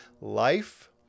life